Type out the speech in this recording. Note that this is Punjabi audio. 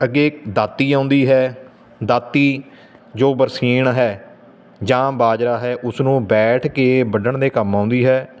ਅੱਗੇ ਦਾਤੀ ਆਉਂਦੀ ਹੈ ਦਾਤੀ ਜੋ ਬਰਸੀਨ ਹੈ ਜਾਂ ਬਾਜਰਾ ਹੈ ਉਸਨੂੰ ਬੈਠ ਕੇ ਵੱਢਣ ਦੇ ਕੰਮ ਆਉਂਦੀ ਹੈ